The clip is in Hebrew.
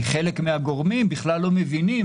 כי חלק מהגורמים בכלל לא מבינים,